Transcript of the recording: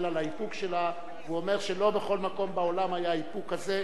על האיפוק שלה והוא אומר שלא בכל מקום בעולם היה איפוק כזה.